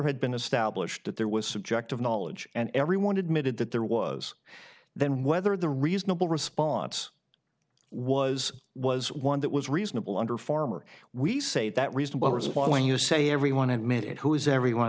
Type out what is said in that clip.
had been established that there was subjective knowledge and everyone admitted that there was then whether the reasonable response was was one that was reasonable under farmer we say that reasonable when you say everyone admitted who is everyone